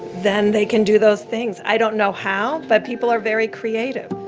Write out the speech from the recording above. then they can do those things. i don't know how, but people are very creative